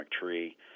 tree